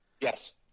Yes